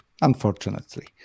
unfortunately